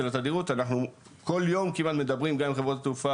של התדירות אנחנו כל יום כמעט מדברים גם עם חברות התעופה